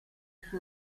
suo